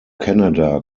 canada